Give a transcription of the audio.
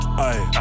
aye